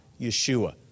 Yeshua